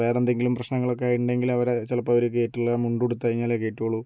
വേറെ എന്തെങ്കിലും പ്രശ്നങ്ങൾ ഒക്കെ ആയിട്ടുണ്ടങ്കിൽ അവരെ ചിലപ്പോൾ അവർ കയറ്റില്ല മുണ്ടുടുത്ത് കഴിഞ്ഞാലേ കയറ്റുകയുള്ളൂ